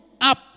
up